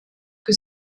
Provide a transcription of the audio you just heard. que